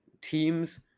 teams